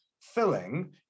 filling